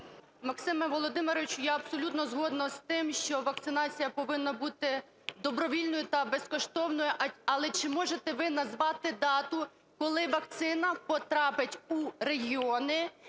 Максиме Володимировичу, я абсолютно згодна з тим, що вакцинація повинна бути добровільною та безкоштовною. Але чи можете ви назвати дату, коли вакцина потрапить у регіони